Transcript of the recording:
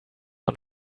und